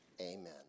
amen